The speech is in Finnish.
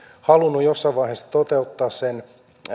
halunnut jossain vaiheessa toteuttaa sen